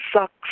sucks